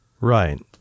Right